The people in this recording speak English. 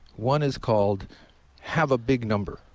one is called have a big number.